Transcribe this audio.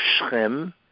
Shrem